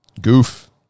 goof